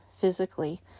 physically